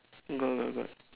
got got got